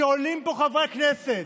שעולים פה חברי כנסת